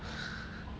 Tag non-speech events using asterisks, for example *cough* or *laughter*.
*noise*